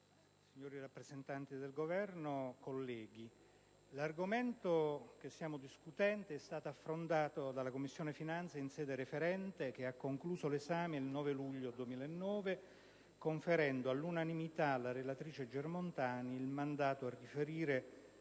signori rappresentanti del Governo, colleghi, l'argomento di cui stiamo discutendo è stato affrontato dalla Commissione finanze in sede referente, che ne ha concluso l'esame il 9 luglio 2009 conferendo all'unanimità alla relatrice Germontani il mandato a riferire